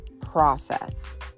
process